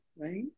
Right